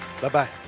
Bye-bye